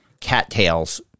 cattails